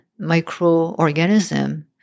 microorganism